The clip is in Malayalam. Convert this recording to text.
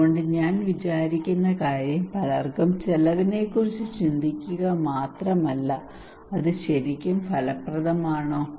അതുകൊണ്ട് ഞാൻ വിചാരിക്കുന്ന കാര്യം പലർക്കും ചെലവിനെക്കുറിച്ച് ചിന്തിക്കുക മാത്രമല്ല അത് ശരിക്കും ഫലപ്രദമാണോ